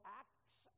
acts